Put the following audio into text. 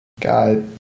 God